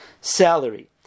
salary